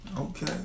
Okay